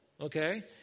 okay